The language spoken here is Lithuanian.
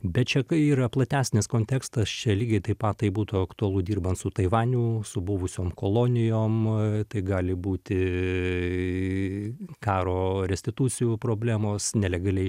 bet čia kai yra platesnis kontekstas čia lygiai taip pat tai būtų aktualu dirbant su taivaniu su buvusiom kolonijom tai gali būti karo restitucijų problemos nelegaliai